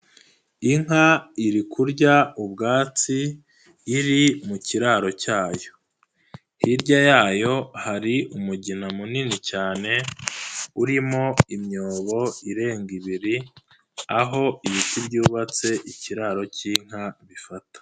Inka iri kurya ubwatsi iri mu kiraro cyayo, hirya yayo hari umugina munini cyane urimo imyobo irenga ibiri aho ibiti byubatse ikiraro cy'inka bifata.